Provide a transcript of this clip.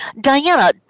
Diana